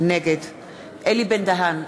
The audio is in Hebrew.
נגד אלי בן-דהן,